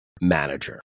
manager